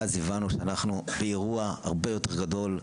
ואז הבנו שאנחנו באירוע הרבה יותר גדול,